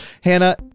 hannah